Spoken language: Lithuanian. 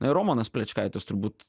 na i romanas plečkaitis turbūt